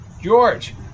George